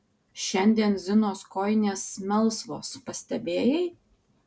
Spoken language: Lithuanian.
šiandien zinos kojinės melsvos pastebėjai